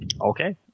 Okay